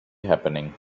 happening